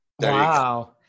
Wow